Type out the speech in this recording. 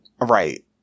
Right